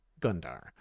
Gundar